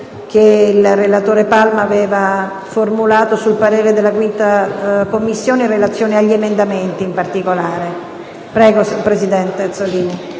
Grazie,